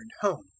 home